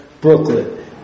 Brooklyn